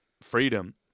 freedom